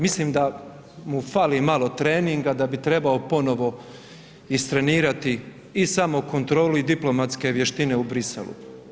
Mislim da mu fali malo treninga da bi trebao ponovo istrenirati i samokontrolu i diplomatske vještine u Bruxellesu.